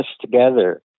together